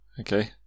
okay